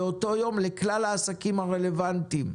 באותו יום לכלל העסקים הרלוונטיים.